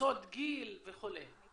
קבוצות גיל וכו'.